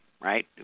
right